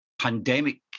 pandemic